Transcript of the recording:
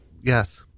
Yes